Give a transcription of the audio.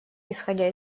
исходя